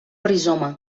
rizoma